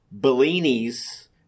Bellini's